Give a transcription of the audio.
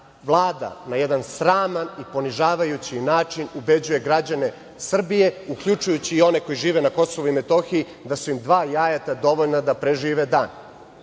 Vlada na jedan sraman i ponižavajući način ubeđuje građane Srbije, uključujući one koji žive na Kosovu i Metohiji, da su im dva jajeta dovoljna da prežive dan.